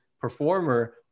performer